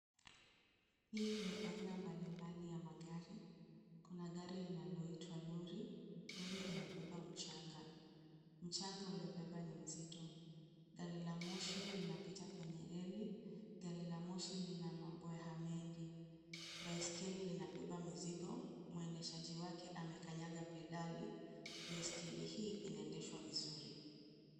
Hii ni aina mbalimbali ya magari. Kuna gari linaloitwa lori. Lori imebeba mchanga. Mchanga uliobebwa ni mzito. Gari la moshi linapita kwenye reli. Gari la moshi lina mabweha mengi. Baiskeli linabeba mizigo. Mwendeshaji wake amekanyaga pedali. Baiskeli hii inaendeshwa vizuri.